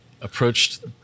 approached